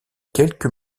quelques